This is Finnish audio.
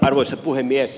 arvoisa puhemies